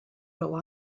will